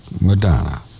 Madonna